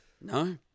No